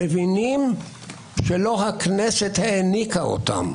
מבינים שלא הכנסת העניקה אותן.